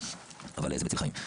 וזה מציל חיים.